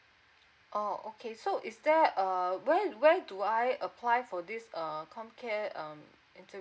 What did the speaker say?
oh okay so is there err where where do I apply for this um com care um interim